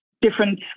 different